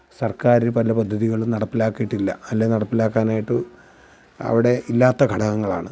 സർക്കാർ പല പദ്ധതികളും നടപ്പിലാക്കിയിട്ടില്ല അല്ലെങ്കിൽ നടപ്പിലാക്കാനായിട്ട് അവിടെ ഇല്ലാത്ത ഘടകങ്ങളാണ്